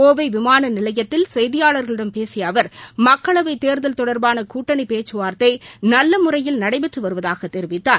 கோவை விமான நிலையத்தில் செய்தியாளர்களிடம் பேசிய அவர் மக்களவைத் தேர்தல் தொடர்பான கூட்டணி பேச்சுவார்த்தை நல்ல முறையில் நடைபெற்று வருவதாகத் தெரிவித்தார்